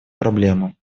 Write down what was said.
проблема